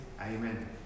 Amen